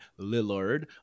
Lillard